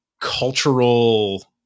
cultural